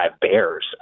Bears